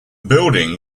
building